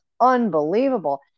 unbelievable